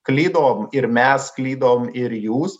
klydom ir mes klydom ir jūs